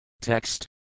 Text